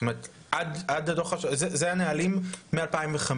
זאת אומרת זה הנהלים מ-2005.